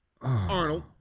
Arnold